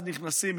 אז נכנסים,